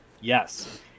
Yes